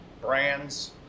brands